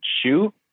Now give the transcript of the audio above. shoot